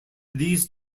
these